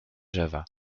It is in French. java